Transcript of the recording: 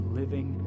living